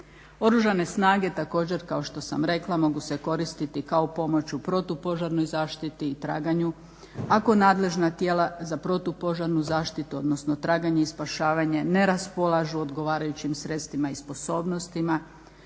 Oružane snage također, kao što sam rekla mogu se koristiti kako pomoć u protupožarnoj zaštiti i traganju ako nadležna tijela za protupožarnu zaštitu, odnosno traganje i spašavanje ne raspolažu odgovarajućim sredstva i sposobnostima.